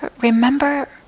remember